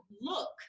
look